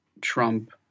Trump